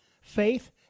Faith